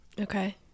Okay